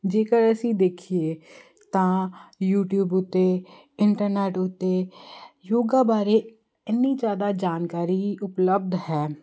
ਜੇਕਰ ਅਸੀਂ ਦੇਖੀਏ ਤਾਂ ਯੂਟੀਊਬ ਉੱਤੇ ਇੰਟਰਨੈਟ ਉੱਤੇ ਯੋਗਾ ਬਾਰੇ ਇੰਨੀ ਜ਼ਿਆਦਾ ਜਾਣਕਾਰੀ ਉਪਲਬਧ ਹੈ